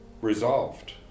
resolved